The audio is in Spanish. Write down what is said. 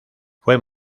fue